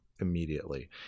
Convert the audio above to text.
immediately